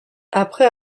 après